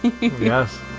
Yes